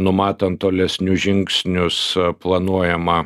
numatant tolesnius žingsnius planuojama